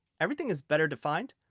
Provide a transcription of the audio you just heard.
everything is better defined,